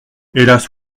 hélas